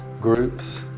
groups,